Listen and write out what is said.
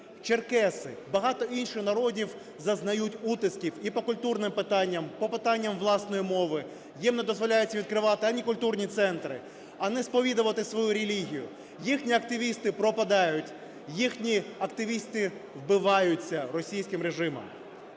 черкеси, багато інших народів зазнають утисків і по культурним питанням, по питанням власної мови, їм не дозволяється відкривати ані культурні центри, ані сповідувати свою релігію. Їхні активісти пропадають, їхні активісти вбиваються російським режимом.